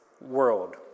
world